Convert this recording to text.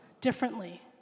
differently